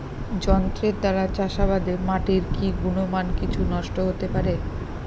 যন্ত্রের দ্বারা চাষাবাদে মাটির কি গুণমান কিছু নষ্ট হতে পারে?